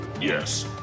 yes